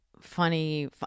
funny